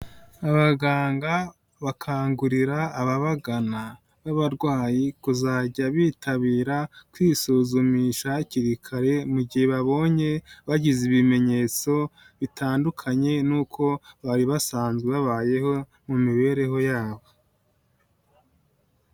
Abaganga bakangurira ababagana b'abarwayi kuzajya bitabira kwisuzumisha hakiri kare mu gihe babonye bagize ibimenyetso bitandukanye n'uko bari basanzwe babayeho mu mibereho yabo.